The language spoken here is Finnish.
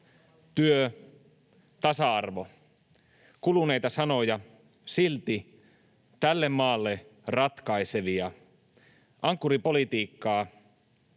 ”työ”, ”tasa-arvo” — kuluneita sanoja, silti tälle maalle ratkaisevia, ankkuripolitiikkaa,